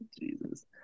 Jesus